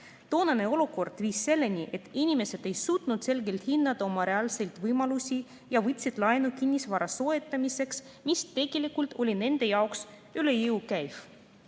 Toonane olukord viis selleni, et inimesed ei suutnud selgelt hinnata oma reaalseid võimalusi ja võtsid laenu kinnisvara soetamiseks, mis tegelikult oli nende jaoks üle jõu käiv.